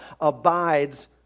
abides